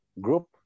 Group